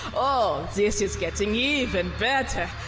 oh, zis is getting even better!